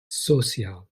social